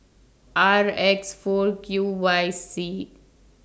R X four Q Y C